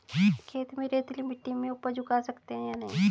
खेत में रेतीली मिटी में उपज उगा सकते हैं या नहीं?